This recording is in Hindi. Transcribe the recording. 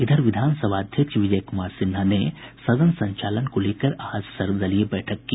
इधर विधान सभा अध्यक्ष विजय कुमार सिन्हा ने सदन संचालन को लेकर आज सर्वदलीय बैठक की